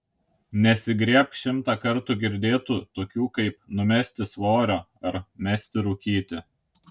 nesigriebk šimtą kartų girdėtų tokių kaip numesti svorio ar mesti rūkyti